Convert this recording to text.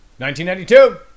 1992